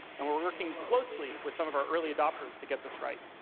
and we're working closely with some of our early adopters to get this right.